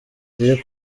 ziri